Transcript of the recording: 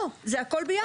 לא, זה הכול ביחד.